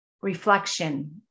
Reflection